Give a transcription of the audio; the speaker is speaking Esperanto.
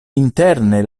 interne